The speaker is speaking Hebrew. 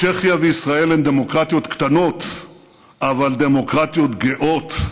צ'כיה וישראל הן דמוקרטיות קטנות אבל דמוקרטיות גאות.